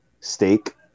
steak